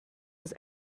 was